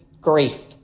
grief